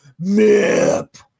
MIP